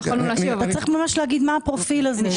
אתה צריך ממש להגיד מה הפרופיל הזה.